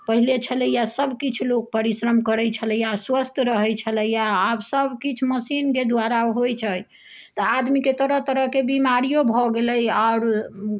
पहिले छलैया सभ किछु लोक परिश्रम करै छलैया आ स्वस्थ रहै छलैया आब सभ किछु मशीनके दुआरा होइ छै तऽ आदमीके तरह तरहके बिमारियो भऽ गेलै आओर